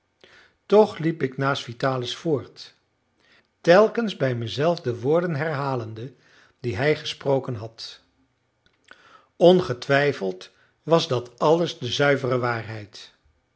toch liep ik naast vitalis voort telkens bij mezelf de woorden herhalende die hij gesproken had ongetwijfeld was dat alles de zuivere waarheid